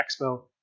Expo